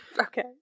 Okay